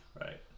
right